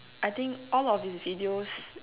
I think all of his videos